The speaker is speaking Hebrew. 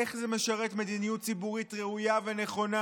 איך זה משרת מדיניות ציבורית ראויה ונכונה